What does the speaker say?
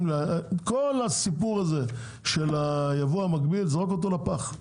שנזרוק את כל הסיפור הזה של ייבוא מקביל לפח.